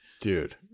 dude